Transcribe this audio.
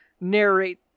narrate